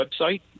website